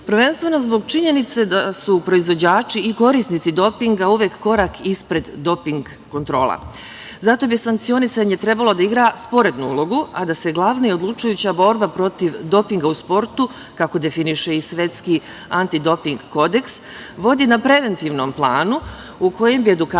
prvenstveno zbog činjenice da su proizvođači i korisnici dopinga uvek korak ispred doping kontrola. Zato bi sankcionisanje trebalo da igra sporednu ulogu, a da se glavna i odlučujuća borba protiv dopinga u sportu, kako definiše i svetski anti doping kodeks vodi na preventivnom planu, u kojem bi edukacija